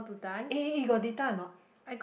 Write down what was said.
eh eh you got data or not